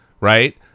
right